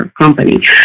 company